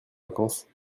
vacances